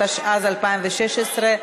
התשע"ז 2016,